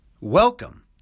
welcome